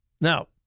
Now